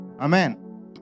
Amen